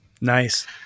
Nice